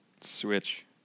Switch